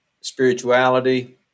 spirituality